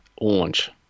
launch